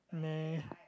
meh